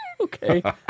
Okay